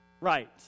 right